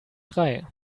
drei